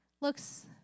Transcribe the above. looks